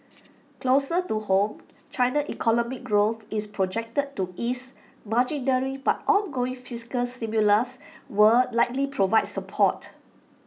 closer to home China's economic growth is projected to ease marginally but ongoing fiscal stimulus will likely provide support